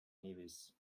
nevis